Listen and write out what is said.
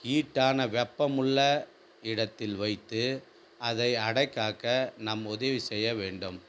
ஹீட்டான வெப்பம் உள்ள இடத்தில் வைத்து அதை அடைகாக்க நாம் உதவி செய்ய வேண்டும்